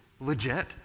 legit